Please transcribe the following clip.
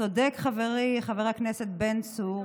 צודק חברי חבר הכנסת בן צור,